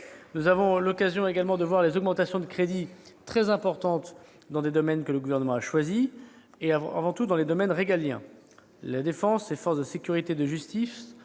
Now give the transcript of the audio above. Nous aurons l'occasion d'évoquer les augmentations de crédits très importantes dans des domaines que le Gouvernement a choisis, avant tout dans le régalien : la défense, les forces de sécurité et de justice